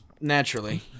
naturally